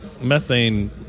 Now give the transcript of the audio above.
Methane